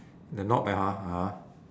the knot there ah ah